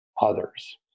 others